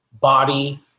body